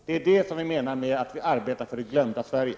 Det är det som vi menar med att vi arbetar för det glömda Sverige.